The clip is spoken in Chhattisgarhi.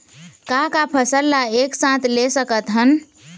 का का फसल ला एक साथ ले सकत हन?